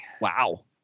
Wow